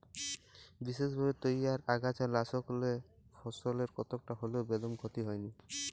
বিসেসভাবে তইয়ার আগাছানাসকলে ফসলের কতকটা হল্যেও বেদম ক্ষতি হয় নাই